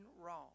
wrong